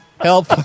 Help